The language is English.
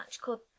called